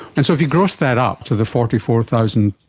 and so if you gross that up to the forty four thousand,